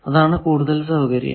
അതാണ് കൂടുതൽ സൌകര്യം